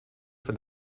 for